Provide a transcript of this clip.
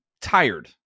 tired